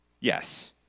yes